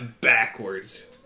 backwards